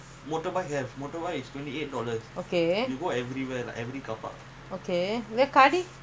every month also you pay like that what okay